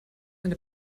eine